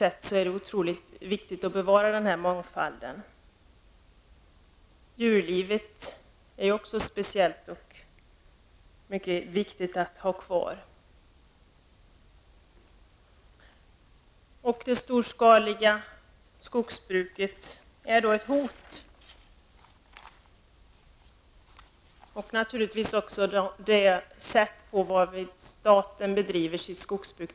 Biologiskt är det otroligt viktigt att bevara mångfalden. Djurlivet är också speciellt, och det är mycket viktigt att detta får finnas kvar. Det storskaliga skogbruket utgör ett hot. Naturligtvis gäller det också det sätt på vilket staten bedriver skogsbruk.